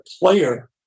player